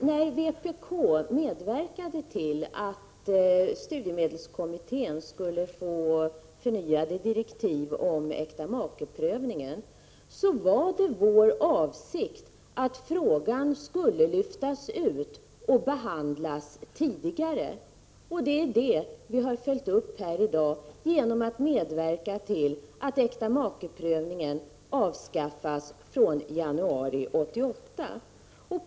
Herr talman! När vpk medverkade till att studiemedelskommittén skulle få förnyade direktiv om äktamakeprövningen var det vår avsikt att frågan skulle lyftas ut och behandlas tidigare. Det är det vi har följt upp här i dag genom att medverka till att äktamakeprövningen avskaffas från januari 1988.